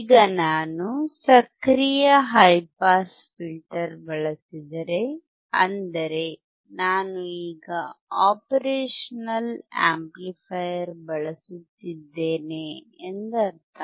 ಈಗ ನಾನು ಸಕ್ರಿಯ ಹೈ ಪಾಸ್ ಫಿಲ್ಟರ್ ಬಳಸಿದರೆ ಅಂದರೆ ನಾನು ಈಗ ಆಪರೇಶನಲ್ ಆಂಪ್ಲಿಫೈಯರ್ ಬಳಸುತ್ತಿದ್ದೇನೆ ಎಂದರ್ಥ